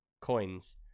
coins